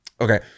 Okay